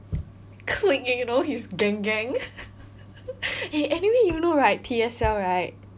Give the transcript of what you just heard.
clique you know his gang gang eh anyway you know right T_S_L right